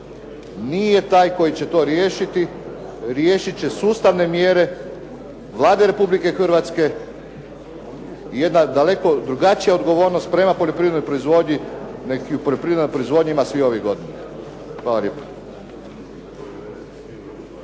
nije taj koji će to riješiti, riješit će sustavne mjere Vlade Republike Hrvatske, jedna daleko drugačija odgovornost prema poljoprivrednoj proizvodnji … /Govornik se ne razumije./…